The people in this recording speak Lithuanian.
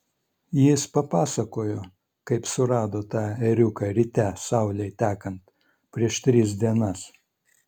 jis papasakojo kaip surado tą ėriuką ryte saulei tekant prieš tris dienas